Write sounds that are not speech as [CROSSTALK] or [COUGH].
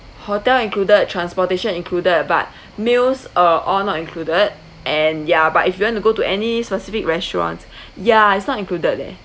hotel included transportation included but [BREATH] meals uh all not included and yeah but if you want to go to any specific restaurant [BREATH] ya it's not included leh